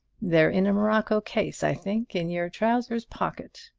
they're in a morocco case, i think, in your trousers pocket.